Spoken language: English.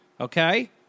Okay